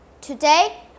Today